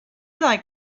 like